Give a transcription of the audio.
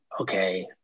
okay